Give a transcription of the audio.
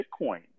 Bitcoin